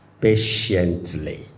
patiently